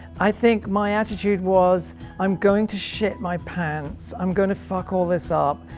i think my attitude was i'm going to shit my pants, i'm gonna fuck all this up,